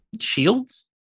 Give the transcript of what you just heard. Shields